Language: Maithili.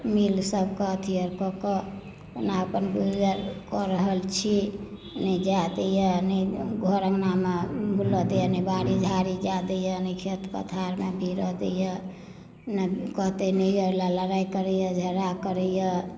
मिल सबके अथी आओर कऽ कऽ ओना अपन गुजर कऽ रहल छी नहि जाय दैए नहि घर अङ्गनामे बुलय दैए नहि बारी झाड़ी जाय दैए नहि खेत पथारमे भीरऽ दैए नहि कहतै लड़ाई करैए झगड़ा करैए